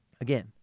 again